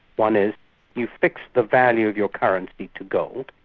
one is you fixed the value of your currency to gold,